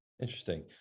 Interesting